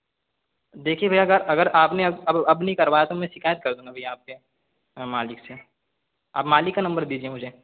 देखिए भैया अगर अगर आपने अब अब नहीं करवाया तो मैं शिकायत कर दूंगा भैया आपके मालिक से आप मालिक का नंबर दीजिए मुझे